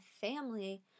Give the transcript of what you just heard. family